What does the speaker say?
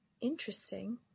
interesting